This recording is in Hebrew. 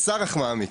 קצר אך מעמיק,